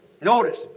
Notice